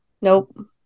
Nope